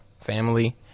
family